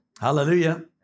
Hallelujah